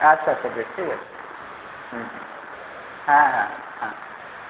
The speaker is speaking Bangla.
আচ্ছা আচ্ছা বেশ ঠিক আছে হুম হ্যাঁ হ্যাঁ হ্যাঁ